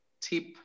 tip